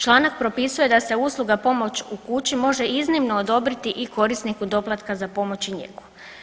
Članak propisuje da se usluga pomoć u kući može iznimno odobriti i korisniku doplatka za pomoć i njegu.